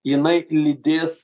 jinai lydės